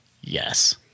Yes